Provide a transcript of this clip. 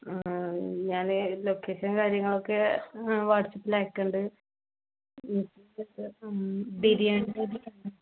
ഞാൻ ലൊക്കേഷൻ കാര്യങ്ങളൊക്കെ വാട്സപ്പില് അയക്കണ്ട് ബിരിയാണി